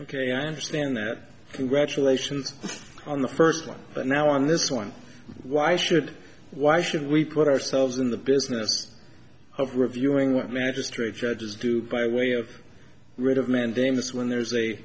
ok i understand that congratulations on the first one but now on this one why should why should we put ourselves in the business of reviewing what magistrate judges do by way of writ of mandamus when there is a